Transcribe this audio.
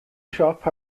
siop